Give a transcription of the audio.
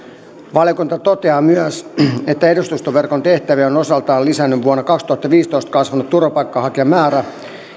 valiokunta toteaa myös että edustustoverkon tehtäviä on osaltaan lisännyt vuonna kaksituhattaviisitoista kasvanut turvapaikanhakijamäärä